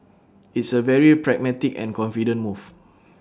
it's A very pragmatic and confident move